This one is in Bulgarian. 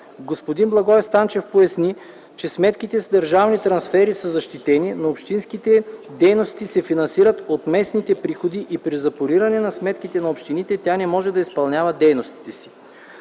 Господин Благой Станчев поясни, че сметките с държавни трансфери са защитени, но общинските дейности се финансират от местните приходи и при запориране на сметките на общината, тя не може да изпълнява дейностите си.